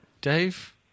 Dave